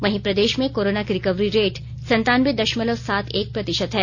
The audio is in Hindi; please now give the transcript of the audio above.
वहीं प्रदेश में कोरोना की रिकवरी रेट सनतानबे दशमलव सात एक प्रतिशत है